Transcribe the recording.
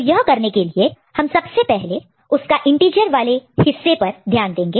तो यह करने के लिए हम सबसे पहले उसका इंटीजर वाले हिस्से पर ध्यान देंगे